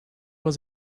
was